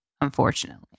unfortunately